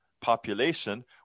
population